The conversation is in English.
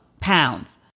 pounds